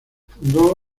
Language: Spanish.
fundó